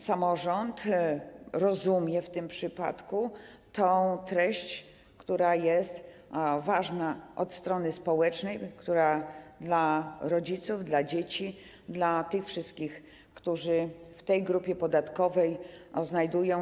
Samorząd rozumie w tym przypadku treść, która jest ważna od strony społecznej - dla rodziców, dla dzieci, dla tych wszystkich, którzy w tej grupie podatkowej się znajdują.